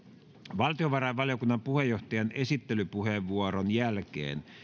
valtiovarainvaliokunnan puheenjohtajan esittelypuheenvuoron jälkeen